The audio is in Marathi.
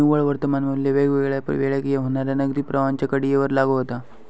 निव्वळ वर्तमान मू्ल्य वेगवेगळ्या वेळेक होणाऱ्या नगदी प्रवाहांच्या कडीयेवर लागू होता